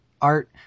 art